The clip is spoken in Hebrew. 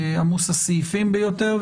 עמוס הסעיפים ביותר,